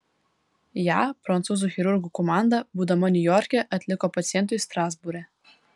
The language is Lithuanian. ją prancūzų chirurgų komanda būdama niujorke atliko pacientui strasbūre